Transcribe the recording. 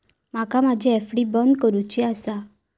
माका माझी एफ.डी बंद करुची आसा